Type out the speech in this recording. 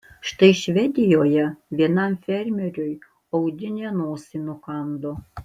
štai švedijoje vienam fermeriui audinė nosį nukando